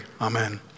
Amen